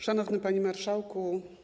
Szanowny Panie Marszałku!